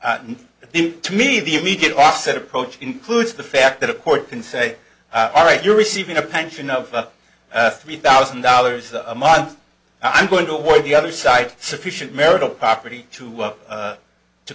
it to me the immediate offset approach includes the fact that a court can say all right you're receiving a pension of three thousand dollars a month i'm going to avoid the other side sufficient marital property to up to